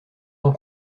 tant